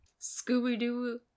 scooby-doo